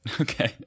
Okay